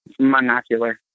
monocular